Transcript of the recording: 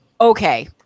Okay